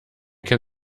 can